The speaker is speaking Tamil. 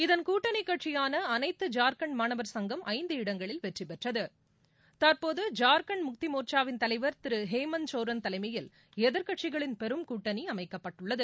இதன் கூட்டணி கட்சியான அனைத்து ஜார்க்கண்ட் மாணவர் சங்கம் ஐந்து இடங்களில் வெற்றி பெற்றது தற்போது ஜார்க்கண்ட் முக்தி மோர்ச்சாவின் தலைவர் திரு ஹேமந்த் சோரன் தலைமையில் எதிர்க்கட்சிகளின் பெரும் கூட்டணி அமைக்கப்பட்டுள்ளது